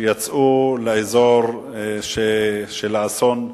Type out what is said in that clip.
שיצאו לאזור האסון.